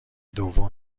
دوم